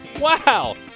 Wow